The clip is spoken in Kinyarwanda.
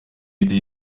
biteye